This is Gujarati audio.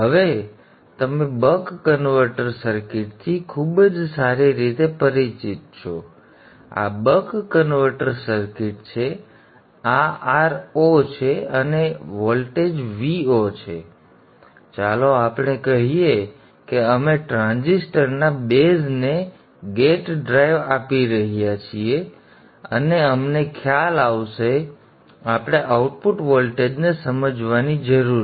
હવે તમે બક કન્વર્ટર સર્કિટથી ખૂબ જ સારી રીતે પરિચિત છો હવે આ બક કન્વર્ટર સર્કિટ છે આ Ro છે અને તેનો વોલ્ટેજ Vo છે અને ચાલો આપણે કહીએ કે અમે ટ્રાન્ઝિસ્ટર ના બેઝ ને ગેટ ડ્રાઇવ આપી રહ્યા છીએ અને અમને ખ્યાલ આવશે આપણે આઉટપુટ વોલ્ટેજને સમજવાની જરૂર છે